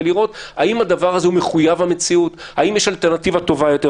ולראות האם הדבר מחויב המציאות או שיש אלטרנטיבה טובה יותר?